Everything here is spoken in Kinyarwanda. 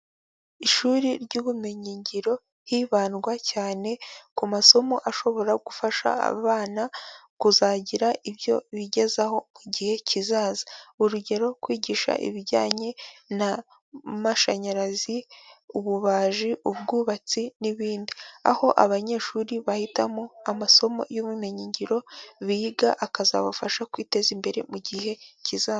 Ishuri ry'ubumenyi ngiro, hibandwa cyane ku masomo ashobora gufasha abana, kuzagira ibyo bigezaho mu gihe kizaza, urugero kwigisha ibijyanye n'amashanyarazi, ububaji, ubwubatsi, n'ibindi. Aho abanyeshuri bahitamo amasomo y'ubumenyi ngiro biga, akazabafasha kwiteza imbere mu gihe kiza.